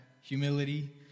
humility